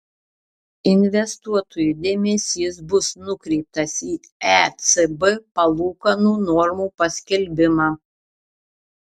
investuotojų dėmesys bus nukreiptas į ecb palūkanų normų paskelbimą